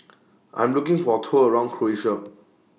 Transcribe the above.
I Am looking For A Tour around Croatia